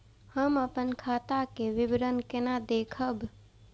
हम अपन खाता के विवरण केना देखब?